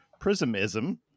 Prismism